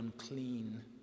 unclean